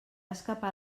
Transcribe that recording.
escapar